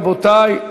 רבותי,